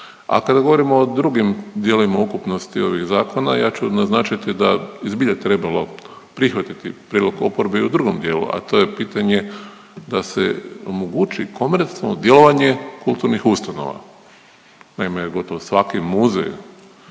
a kada govorimo o drugim dijelovima ukupnosti ovih zakona, ja ću naznačiti da bi zbilja trebalo prihvatiti prijedlog oporbe i u drugom dijelu, a to je pitanje da se omogući komercijalno djelovanje kulturnih ustanova. Naime gotovo svaki muzej